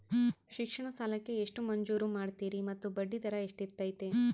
ಶಿಕ್ಷಣ ಸಾಲಕ್ಕೆ ಎಷ್ಟು ಮಂಜೂರು ಮಾಡ್ತೇರಿ ಮತ್ತು ಬಡ್ಡಿದರ ಎಷ್ಟಿರ್ತೈತೆ?